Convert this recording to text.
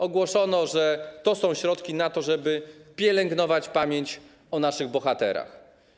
Ogłoszono, że to są środki na to, żeby pielęgnować pamięć o naszych bohaterach.